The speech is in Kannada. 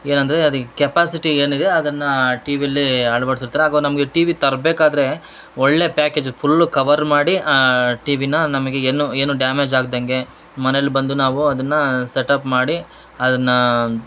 ಏನಂದರೆ ಅದಕ್ಕೆ ಕೆಪಾಸಿಟಿ ಏನಿದೆ ಅದನ್ನ ಟಿವಿಯಲ್ಲಿ ಅಳ್ವಡ್ಸಿರ್ತಾರೆ ಹಾಗು ನಮಗೆ ಟಿವಿ ತರ್ಬೇಕಾದರೆ ಒಳ್ಳೆಯ ಪ್ಯಾಕೇಜ್ ಫುಲ್ಲು ಕವರ್ ಮಾಡಿ ಆ ಟಿವಿನ ನಮಗೆ ಏನು ಏನು ಡ್ಯಾಮೇಜ್ ಆಗ್ದಂಗೆ ಮನೇಲಿ ಬಂದು ನಾವು ಅದನ್ನ ಸೆಟಪ್ ಮಾಡಿ ಅದನ್ನ